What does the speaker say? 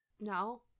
No